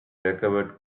recovered